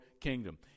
kingdom